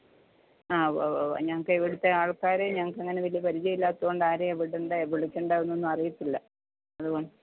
അ ഉവ്വ ഉവ്വ ഞങ്ങൾക്കേ ഇവിടുത്തെ ആൾക്കാരെ ഞങ്ങൾക്കങ്ങനെ വലിയ പരിചയമില്ലാത്ത കൊണ്ട് ആരെയാണ് വിടെണ്ടെ വിളിക്കേണ്ടത് എന്നൊന്നും അറിയത്തില്ല അത് കൊണ്ട്